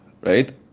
right